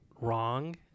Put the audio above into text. wrong